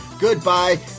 Goodbye